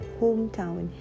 hometown